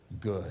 good